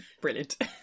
Brilliant